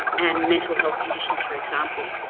and mental health conditions, for example.